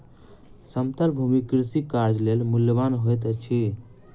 समतल भूमि कृषि कार्य लेल मूल्यवान होइत अछि